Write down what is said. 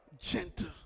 Gentle